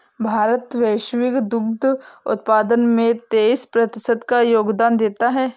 भारत वैश्विक दुग्ध उत्पादन में तेईस प्रतिशत का योगदान देता है